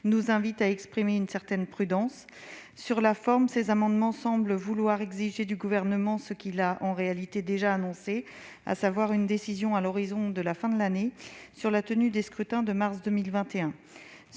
nous invitent à exprimer une certaine prudence. Sur la forme, cet amendement tend à exiger du Gouvernement ce qu'il a en réalité déjà annoncé, à savoir une décision à la fin de l'année sur la tenue des scrutins de mars 2021,